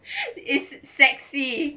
is sexy